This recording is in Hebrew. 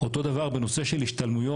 אותו דבר בנושא של השתלמויות,